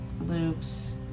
Luke's